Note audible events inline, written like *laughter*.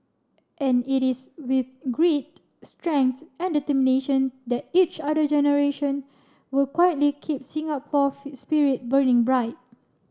and it is with grit strength and determination that each other generation will quietly keep Singapore *unintelligible* spirit burning bright